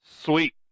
sweet